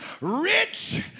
rich